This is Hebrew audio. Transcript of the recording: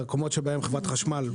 במקומות שבהם חברת החשמל,